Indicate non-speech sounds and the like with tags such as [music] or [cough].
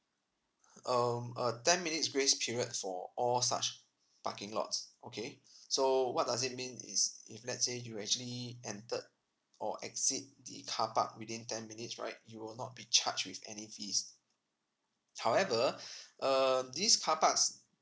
um a ten minutes grace period for all such parking lots okay [breath] so what does it mean is if let's say you actually entered or exit the car park within ten minutes right you will not be charged with any fees however [breath] um these car parks